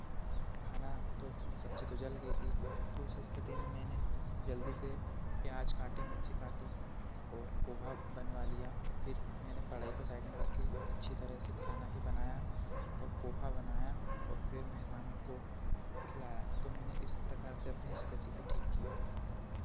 खाना तो सब्जी तो जल गई थी तो उस स्थिति में मैंने जल्दी से प्याज़ काटे मिर्ची काटी और पोहा बनवा लिया फिर मैंने पड़ाई को साइड में रख के अच्छी तरह से खाना ही बनाया और पोहा बनाया और फिर मेहमानों को खिलाया तो मैंने इस प्रकार से अपनी स्थिति को ठीक किया